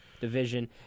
Division